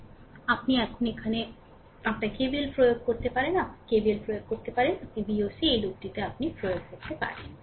সুতরাং আপনি এখানে আপনার KVL প্রয়োগ করতে পারেন আপনি KVL প্রয়োগ করতে পারেন এটি আপনার VOC এই লুপটি আপনি প্রয়োগ করতে পারেন